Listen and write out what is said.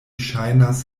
ŝajnas